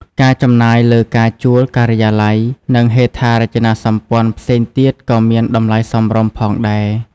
ការចំណាយលើការជួលការិយាល័យ និងហេដ្ឋារចនាសម្ព័ន្ធផ្សេងទៀតក៏មានតម្លៃសមរម្យផងដែរ។